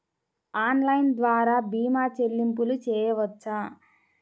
Online ద్వార భీమా చెల్లింపులు చేయవచ్చా?